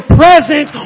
present